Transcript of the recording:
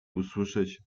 usłyszeć